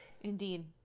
Indeed